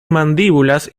mandíbulas